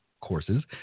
courses